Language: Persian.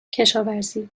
کشاورزی